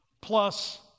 plus